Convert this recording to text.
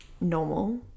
normal